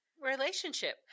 relationship